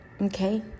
okay